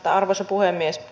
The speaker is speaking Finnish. arvoisa puhemies